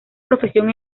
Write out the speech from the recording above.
profesión